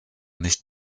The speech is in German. nicht